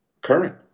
current